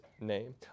name